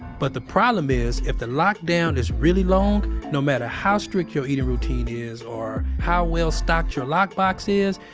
but the problem is if the lockdown is really long, no matter how strict your eating routine is or how well stocked your lockbox is,